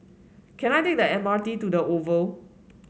can I take the M R T to the Oval